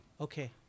Okay